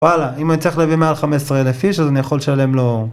וואלה אם הוא יצליח להביא מעל 15 אלף איש אז אני יכול לשלם לו